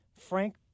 Frank